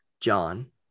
John